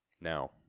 Now